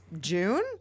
June